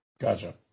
Gotcha